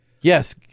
Yes